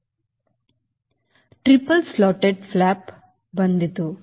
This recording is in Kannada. ಆದ್ದರಿಂದ ಟ್ರಿಪಲ್ ಸ್ಲಾಟೆಡ್ ಫ್ಲಾಪ್ ಬಂದಿತು